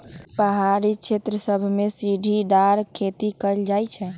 पहारी क्षेत्र सभमें सीढ़ीदार खेती कएल जाइ छइ